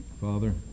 Father